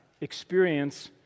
experience